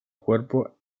cuerpo